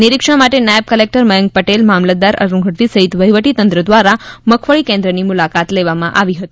નિરીક્ષણ માટે નાયબ કલેકટર મયંક પટેલ મામલતદાર અરૂણ ગઢવી સહિત વહીવટીતંત્ર દ્વારા મગફળી કેન્દ્રની મુલાકાત લેવામાં આવી હતી